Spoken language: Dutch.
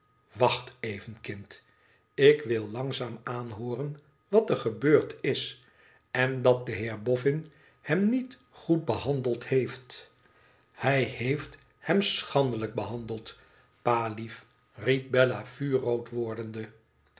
wacht even kind ik wil langzaam aanhooren wat er gebeurd is en dat de heer boffln hem niet goed behandeld heeft hij heeft hem schandelijk behandeld pa lief riep bella vuurrood wordende